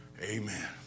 Amen